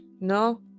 No